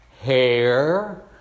hair